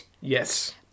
Yes